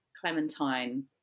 Clementine